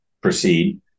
proceed